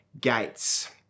gates